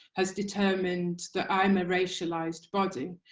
has determined that i'm a racialised body.